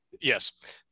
Yes